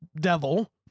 devil